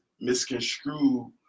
misconstrue